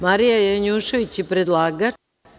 Marija Janjušević je predlagač.